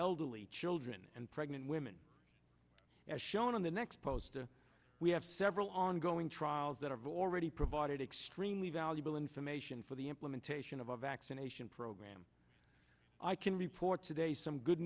elderly children and pregnant women as shown in the next post to we have several ongoing trials that have already provided extremely valid well information for the implementation of a vaccination program i can report today some good